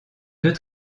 deux